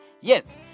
Yes